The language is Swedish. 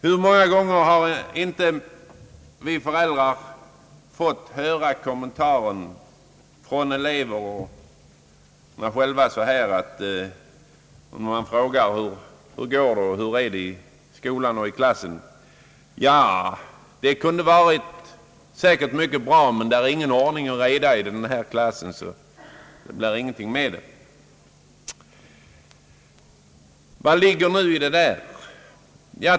Hur många gånger har inte vi föräldrar fått den här kommentaren från eleverna själva, när man frågat hur det går i skolan: Ja, det kunde säkert ha varit mycket bättre, men det är ingen ordning och reda i den här klassen, så det blir ingenting med arbetet! Vad ligger nu i det där?